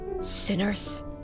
sinners